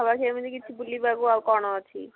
ଆଉ ପାଖାପାଖି ଏମିତି କିଛି ବୁଲିବାକୁ ଆଉ କ'ଣ ଅଛି